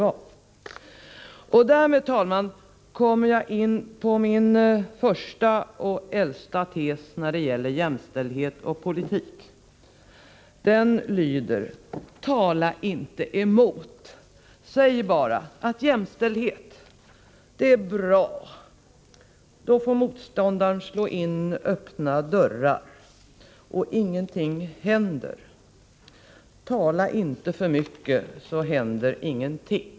Därmed, herr talman, kommer jag in på min första och äldsta tes när det gäller jämställdhet och politik. Den lyder: Tala inte emot, säg bara att jämställdhet, det är bra. Då får motståndaren slå in öppna dörrar, och ingenting händer. Tala inte för mycket, så händer ingenting.